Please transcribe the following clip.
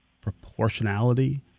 proportionality